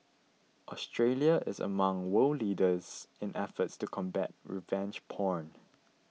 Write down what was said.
Australia is among world leaders in efforts to combat revenge porn